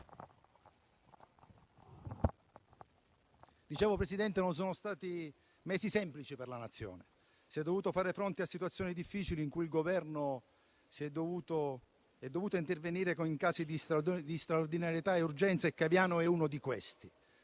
Signora Presidente, non sono stati mesi semplici, questi, per il Paese. Si è dovuto far fronte a situazioni difficili in cui il Governo è dovuto intervenire in casi di straordinaria necessità e urgenza e Caviano è uno di questi.